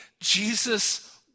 Jesus